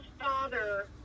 father